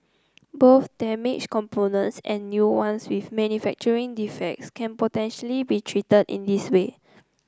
both damaged components and new ones with manufacturing defects can potentially be treated in this way